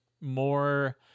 more